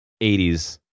80s